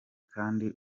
kandi